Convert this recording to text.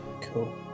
cool